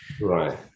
Right